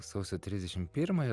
sausio trisdešim pirmąją